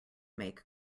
make